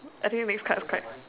I think next card next card